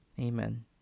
Amen